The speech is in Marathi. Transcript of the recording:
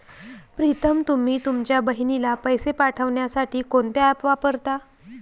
प्रीतम तुम्ही तुमच्या बहिणीला पैसे पाठवण्यासाठी कोणते ऍप वापरता?